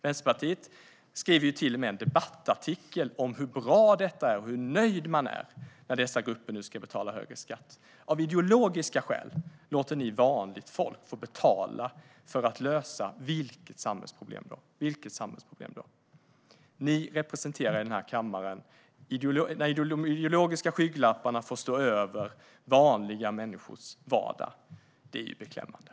Vänsterpartiet skriver till och med i en debattartikel om hur bra detta är och hur nöjd man är när dessa grupper nu ska betala högre skatt. Vilket samhällsproblem är det som detta ska lösa? Ni representerar i den här kammaren hur det blir när de ideologiska skygglapparna får stå över vanliga människors vardag. Det är beklämmande.